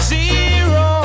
Zero